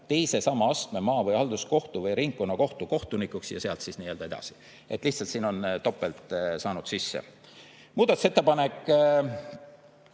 teise sama astme maa‑ või halduskohtu või ringkonnakohtu kohtunikuks", ja sealt siis edasi. Lihtsalt siin on topelt sisse läinud. Muudatusettepanek